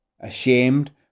Ashamed